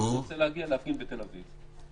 ואני רוצה להגיע להפגין בתל אביב.